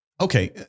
okay